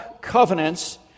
covenants